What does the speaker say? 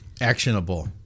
Actionable